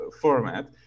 format